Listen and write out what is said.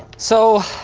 so,